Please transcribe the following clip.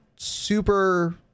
Super